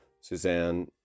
Suzanne